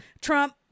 trump